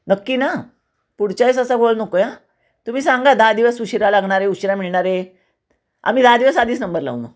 नक्की ना पुढच्या वेळेस असं बोल नको या तुम्ही सांगा दहा दिवस उशिरा लागणारे उशिरा मिळणारे आम्ही दहा दिवस आधीच नंबर लावू मग